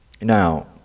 Now